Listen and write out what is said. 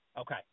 Okay